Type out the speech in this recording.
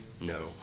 no